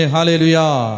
Hallelujah